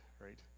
right